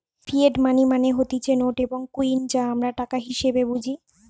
fiat money মানে হতিছে note এবং কইন যা আমরা টাকা হিসেবে বুঝি